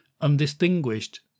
undistinguished